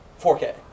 4K